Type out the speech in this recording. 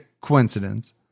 coincidence